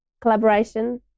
collaboration